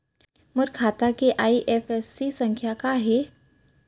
मोर खाता के आई.एफ.एस.सी संख्या का हे?